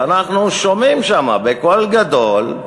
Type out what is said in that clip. ואנחנו שומעים שם, בקול גדול,